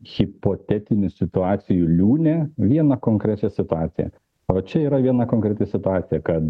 hipotetinių situacijų liūne vieną konkrečią situaciją o čia yra viena konkreti situacija kad